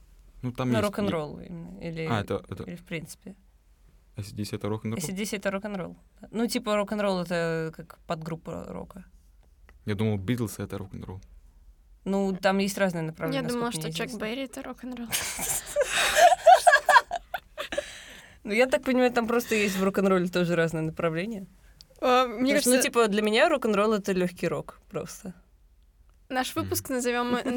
Ну, там Ну, есть- рок-н-ролл именно, А, или- это- это- или в принципе. AC/DC — это рок-н-ролл? AC/DC — это рок-н-ролл, да. Ну, типа, рок-н-ролл — это как подгруппа рока. Я думал, Beatles — это рок-н-ролл. Ну, там есть разные направления, Я думала, насколько мне что Чак известно. Берри — это рок-н-ролл. Ну, я так понимаю, там просто есть в рок-н-ролле тоже разные направления. А, Потому мне что, ну, кажется- типа, для меня рок-н-ролл — это лёгкий рок просто. Наш выпуск Мгм. назовём, э,